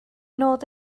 nod